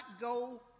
go